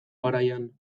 garaian